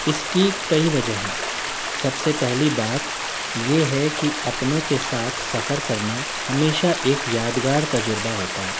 اس کی کئی وجہ ہے سب سے پہلی بات یہ ہے کہ اپنوں کے ساتھ سفر کرنا ہمیشہ ایک یادگار تجربہ ہوتا ہے